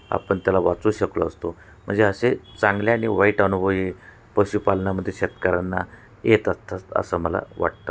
आपण त्याला वाचू शकलो असतो म्हणजे असे चांगले आणि वाईट अनुभव हे पशुपालनामध्ये शेतकऱ्यांना येत असतात असं मला वाटतं